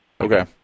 Okay